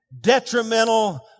detrimental